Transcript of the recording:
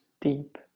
deep